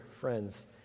friends